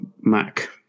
Mac